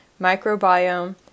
microbiome